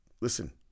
listen